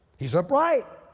he's upright.